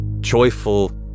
joyful